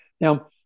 Now